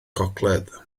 gogledd